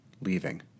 Leaving